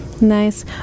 nice